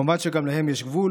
כמובן שגם להן יש גבול,